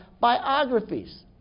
biographies